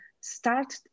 start